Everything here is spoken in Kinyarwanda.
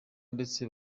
ndetse